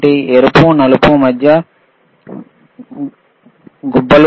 ఎరుపు నలుపు మరియు మధ్య గుబ్బలు ఉన్నాయి